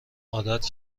عادت